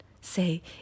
say